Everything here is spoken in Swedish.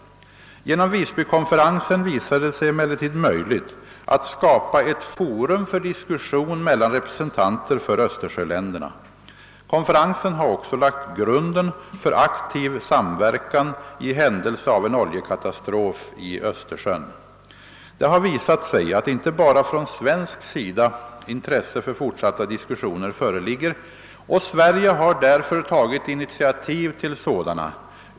Genom Visbykonferensen visade det sig emellertid möjligt att skapa ett forum för diskussion mellan representanter för östersjöländerna. Konferensen har också lagt grunden för aktiv samverkan i händelse av en oljekatastrof i Östersjön. Det har visat sig att inte bara från svensk sida intresse för fortsatta diskussioner föreligger, och Sverige har därför tagit initiativ till sådana.